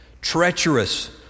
treacherous